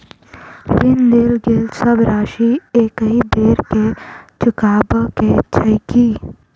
ऋण लेल गेल सब राशि एकहि बेर मे चुकाबऽ केँ छै की?